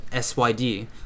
SYD